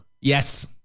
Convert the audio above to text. Yes